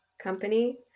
company